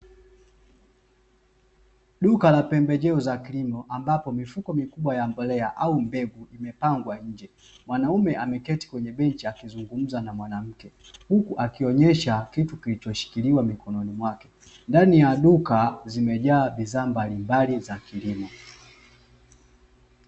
Duka la pembejeo za kilimo ambapo mifuko mikubwa ya mbolea au mbegu imepangwa nje. Mwanaume ameketi kwenye benchi akizungumza na mwanamke huku akionyesha kitu kilichoshikiliwa mikononi mwake. Ndani ya duka zimejaa bidhaa mbalimbali za kilimo.